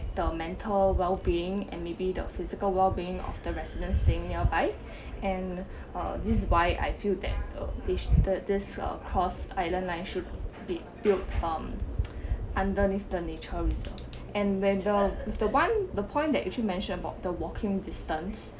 the mental well-being and maybe the physical well-being of the residents staying nearby and uh this is why I feel that the this the this that uh cross island line should be built um underneath the nature reserve and where the the one the point that you actually mentioned about the walking distance